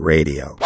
Radio